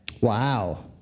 Wow